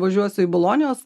važiuosiu į bolonijos